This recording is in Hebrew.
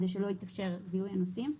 כדי שלא יתאפשר זיהוי הנוסעים,